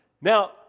Now